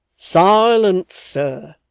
silence, sir